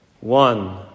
One